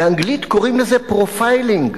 באנגלית קוראים לזה profiling,